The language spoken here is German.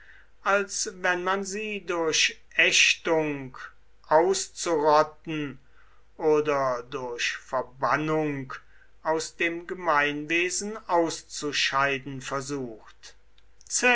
als wenn man sie durch ächtung auszurotten oder durch verbannung aus dem gemeinwesen auszuscheiden versucht